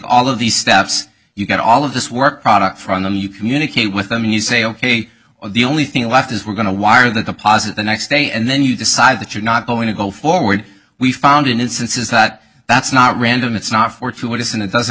all of these steps you get all of this work product from them you communicate with them you say ok or the only thing left is we're going to wire the deposit the next day and then you decide that you're not going to go forward we found in instances that that's not random it's not fortuitous and it doesn't